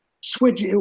switch